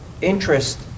interest